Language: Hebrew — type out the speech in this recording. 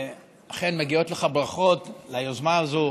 אכן, מגיעות לך ברכות על היוזמה הזאת,